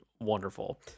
wonderful